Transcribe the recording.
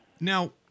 Now